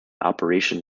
operation